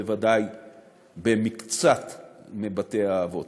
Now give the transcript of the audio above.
בוודאי במקצת מבתי-האבות.